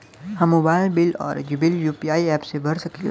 हम mobile bill और bill UPI app से भर सकिला